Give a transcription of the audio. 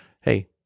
hey